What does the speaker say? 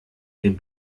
dem